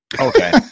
okay